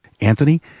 Anthony